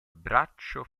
braccio